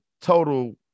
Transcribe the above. total